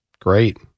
Great